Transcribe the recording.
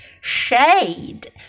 Shade